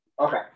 Okay